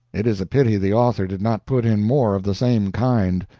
it is a pity the author did not put in more of the same kind.